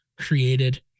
created